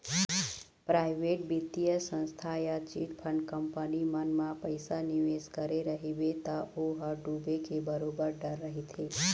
private बित्तीय संस्था या चिटफंड कंपनी मन म पइसा निवेस करे रहिबे त ओ ह डूबे के बरोबर डर रहिथे